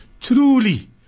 Truly